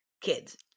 kids